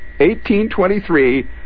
1823